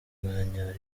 umwanya